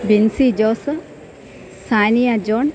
Binsi Jose Saniya John